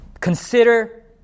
Consider